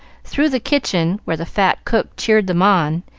through the kitchen where the fat cook cheered them on,